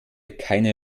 keine